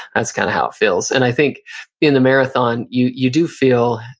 that's kind of how it feels. and i think in the marathon, you you do feel,